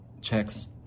checks